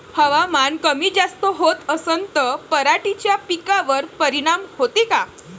हवामान कमी जास्त होत असन त पराटीच्या पिकावर परिनाम होते का?